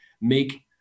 make